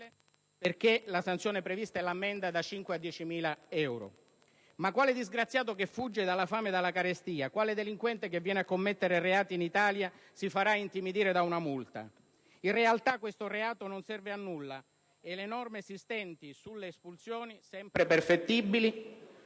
perché la sanzione prevista è l'ammenda da 5.000 a 10.000 euro e mi chiedo quale disgraziato che fugge dalla fame e dalla carestia, quale delinquente che viene a commettere reati in Italia si farà intimidire da un'ammenda. In realtà, questo reato non serve a nulla e le norme esistenti sulle espulsioni, sempre perfettibili,